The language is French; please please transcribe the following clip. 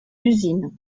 usines